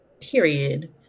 Period